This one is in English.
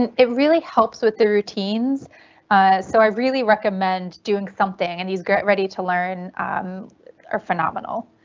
and it really helps with their routines so i really recommend doing something and these get ready to learn are phenomenal.